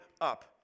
up